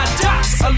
dots